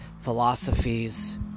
philosophies